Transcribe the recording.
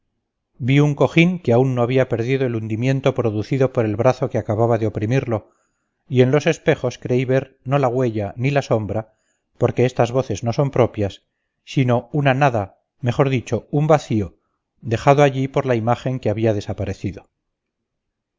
vi un cojín que aún no había perdido el hundimiento producido por el brazo que acababa de oprimirlo y en los espejos creí ver no la huella ni la sombra porque estas voces no son propias sino una nada mejor dicho un vacío dejado allí por la imagen que había desaparecido